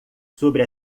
sobre